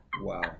Wow